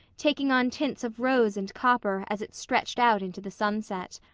taking on tints of rose and copper as it stretched out into the sunset.